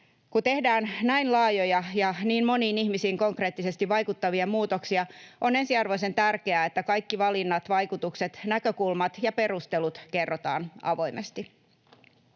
Kun tehdään näin laajoja ja niin moniin ihmisiin konkreettisesti vaikuttavia muutoksia, on ensiarvoisen tärkeää, että kaikki valinnat, vaikutukset, näkökulmat ja perustelut kerrotaan avoimesti.